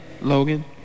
Logan